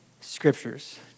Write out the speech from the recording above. scriptures